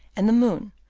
and the moon,